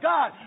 God